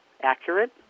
accurate